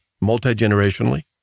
multi-generationally